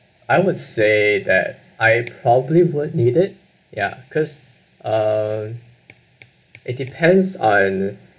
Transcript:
I would say that I probably wouldn't need it ya because um it depends on